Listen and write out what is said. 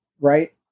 Right